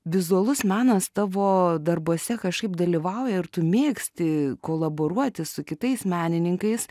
vizualus menas tavo darbuose kažkaip dalyvauja ir tu mėgsti kolaboruoti su kitais menininkais